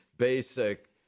basic